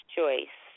choice